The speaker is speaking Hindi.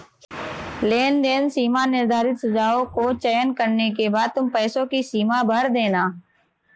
लेनदेन सीमा निर्धारित सुझाव को चयन करने के बाद तुम पैसों की सीमा भर देना